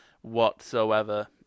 whatsoever